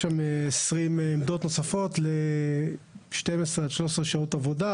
יש שם 20 עמדות נוספות ל-12 עד 13 שעות עבודה.